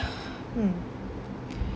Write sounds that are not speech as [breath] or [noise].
[breath] mm